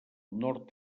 nord